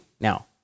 now